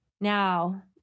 Now